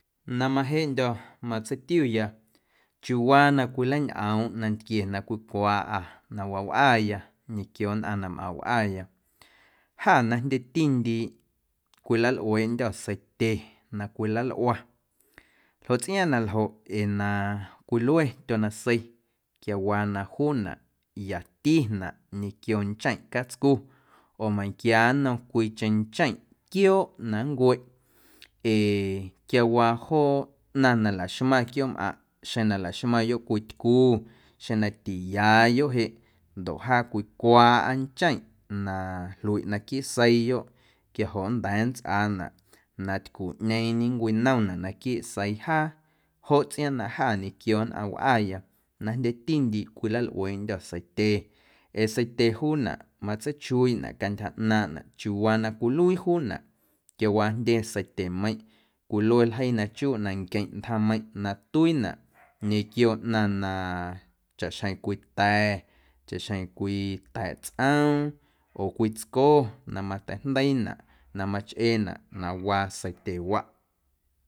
Na majeꞌndyo̱ matseitiuya chiuuwa na cwilañꞌoomꞌ nantquie na cwicwaaꞌâ na waawꞌaya ñequio nnꞌaⁿ na mꞌaⁿ wꞌaya jâ na jndyetindiiꞌ cwilalꞌueeꞌndyô̱ seitye na cwilalꞌua ljoꞌ tsꞌiaaⁿꞌ na ljoꞌ ee na cwilue tyonasei na juunaꞌ yatinaꞌ ñequio ncheⁿꞌ catscu oo meiⁿnquiannom cwiicheⁿ ncheⁿꞌ quiooꞌ na nncueꞌ ee quiawaa joo ꞌnaⁿ na laxmaⁿ quiooꞌmꞌaⁿꞌ xjeⁿ na laxmaⁿyoꞌ cwii tycu, xeⁿ na tiyaayoꞌ jeꞌ ndoꞌ jaa cwicwaaꞌa ncheⁿꞌ na jluiꞌ naquiiꞌ seiiyoꞌ quiajoꞌ nnda̱a̱ nntsꞌaanaꞌ na tycuꞌñeeⁿñe nncwinomnaꞌ naquiiꞌ seii jaa joꞌ tsꞌiaaⁿꞌ na ja ñequio nnꞌaⁿ wꞌaya na jndyetindiiꞌ cwilalꞌueendyô̱ seitye ee seitye juunaꞌ matseichuiiꞌnaꞌ cantyja ꞌnaaⁿꞌnaꞌ chiuuwaa na cwiluii juunaꞌ quiawaa jndye seityemeiⁿꞌ cwilue ljeii na chuu nanqueⁿꞌ ntjaⁿmeiⁿꞌ na tuiinaꞌ ñequio ꞌnaⁿ na chaꞌxjeⁿ cwii ta̱, chaꞌxjeⁿ cwii ta̱a̱ꞌ tsꞌoom oo cwii tsco na mateijndeiinaꞌ na machꞌeenaꞌ na waa seityewaꞌ.